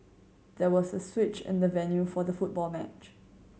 there was a switch in the venue for the football match